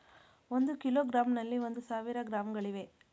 ಒಂದು ಕಿಲೋಗ್ರಾಂನಲ್ಲಿ ಒಂದು ಸಾವಿರ ಗ್ರಾಂಗಳಿವೆ